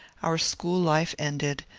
our school life ended,